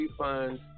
refunds